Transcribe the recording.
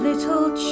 Little